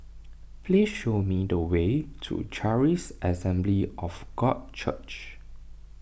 please show me the way to Charis Assembly of God Church